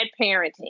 parenting